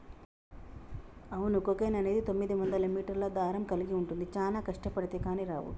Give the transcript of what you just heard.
అవును కోకెన్ అనేది తొమ్మిదివందల మీటర్ల దారం కలిగి ఉంటుంది చానా కష్టబడితే కానీ రావు